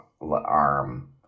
arm